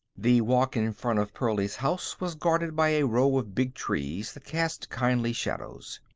the walk in front of pearlie's house was guarded by a row of big trees that cast kindly shadows.